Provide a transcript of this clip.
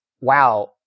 wow